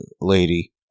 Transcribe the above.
lady